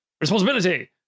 responsibility